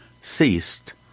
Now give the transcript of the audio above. ceased